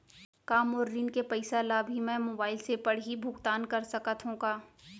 का मोर ऋण के पइसा ल भी मैं मोबाइल से पड़ही भुगतान कर सकत हो का?